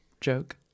joke